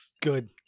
good